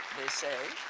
say.